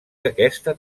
aquesta